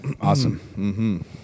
Awesome